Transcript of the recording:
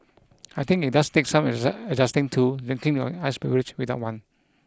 I think it does take some adjusting to drinking your iced beverage without one